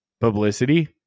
publicity